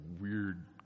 weird